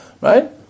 right